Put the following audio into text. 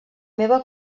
meva